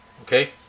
Okay